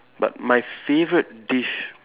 but my favourite dish